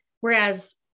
Whereas